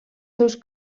seus